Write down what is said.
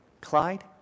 Clyde